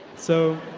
so.